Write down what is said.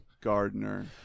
Gardner